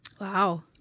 Wow